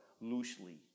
loosely